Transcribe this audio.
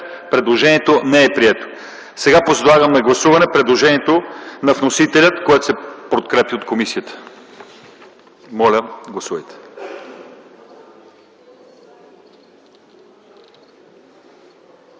Предложението не е прието. Сега подлагам на гласуване предложението на вносителя, което се подкрепя от комисията. Моля, гласувайте.